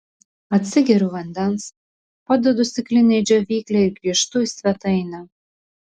atsigeriu vandens padedu stiklinę į džiovyklę ir grįžtu į svetainę